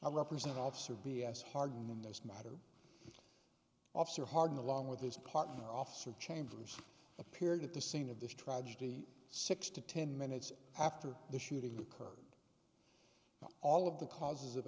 i represent officer b s hard in this matter officer hardin along with his partner officer chambers appeared at the scene of this tragedy six to ten minutes after the shooting occurred all of the causes of